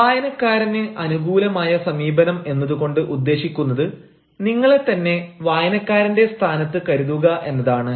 വായനക്കാരന് അനുകൂലമായ സമീപനം എന്നതു കൊണ്ട് ഉദ്ദേശിക്കുന്നത് നിങ്ങളെ തന്നെ വായനക്കാരന്റെ സ്ഥാനത്ത് കരുതുക എന്നതാണ്